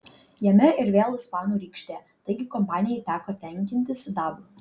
jame ir vėl ispanų rykštė taigi kompanijai teko tenkintis sidabru